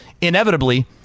inevitably